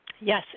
Yes